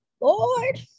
lord